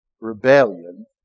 rebellion